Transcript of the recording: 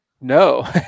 No